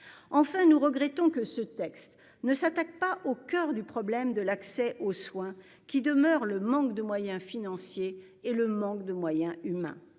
Enfin, nous regrettons que ce texte ne s'attaque pas au coeur du problème de l'accès aux soins qui demeure le manque de moyens financiers et le manque de moyens humains.